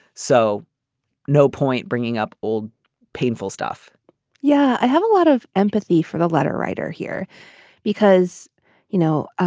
so no point bringing up old painful stuff yeah i have a lot of empathy for the letter writer here because you know